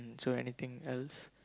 so anything else